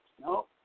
No